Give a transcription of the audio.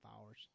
hours